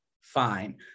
fine